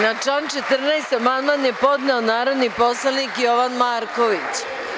Na član 14. amandman je podneo narodni poslanik Jovan Marković.